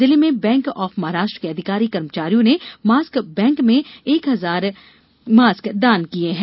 जिले में bank of Maharashtra के अधिकारी कर्मचारियों ने मास्क बैंक में एक हजार मास्क दान किए हैं